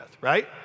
right